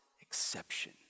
exception